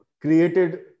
created